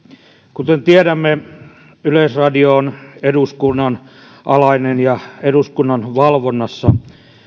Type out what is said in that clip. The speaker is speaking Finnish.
kuten tiedämme yleisradio on eduskunnan alainen ja eduskunnan valvonnassa